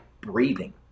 breathing